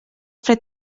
fred